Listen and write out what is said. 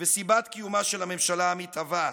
וסיבת קיומה של הממשלה המתהווה.